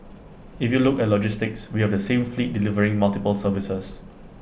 if you look at logistics we have the same fleet delivering multiple services